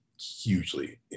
hugely